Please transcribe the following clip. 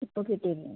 ഇപ്പോൾ കിട്ടിയിരുന്നു